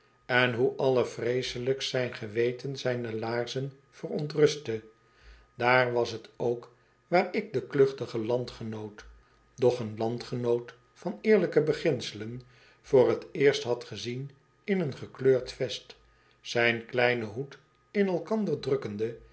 en hoe allervreeselijkst zijn geweten zijne laarzen verontrustte daar was t ook waar ik den kluchtigen landgenoot doch een landgenoot van eerlijke beginselen voor't eersthad gezien in een gekleurd vest zijn kleinen hoed in elkander drukkende